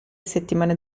settimane